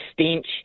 stench